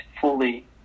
fully